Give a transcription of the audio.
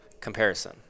comparison